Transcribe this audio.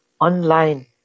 online